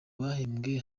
bahembwe